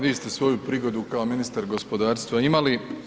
Vi ste svoju prigodu kao ministar gospodarstva imali.